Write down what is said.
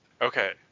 Okay